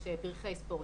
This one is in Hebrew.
יש פרחי ספורט,